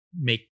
make